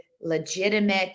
legitimate